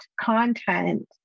content